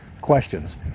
questions